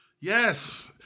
Yes